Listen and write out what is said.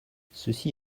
ceci